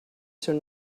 seu